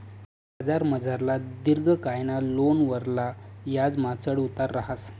बजारमझारला दिर्घकायना लोनवरला याजमा चढ उतार रहास